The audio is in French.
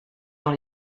dans